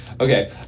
Okay